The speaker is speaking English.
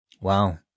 Wow